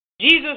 Jesus